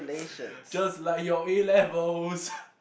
just like your A-levels